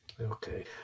Okay